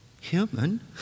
Human